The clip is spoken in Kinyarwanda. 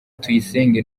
tuyisenge